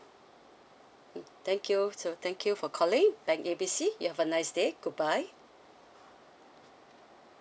mm thank you so thank you for calling bank A B C you have a nice day goodbye